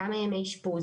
כמה ימי אשפוז